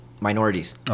Minorities